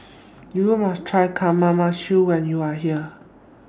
YOU must Try Kamameshi when YOU Are here